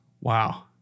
Wow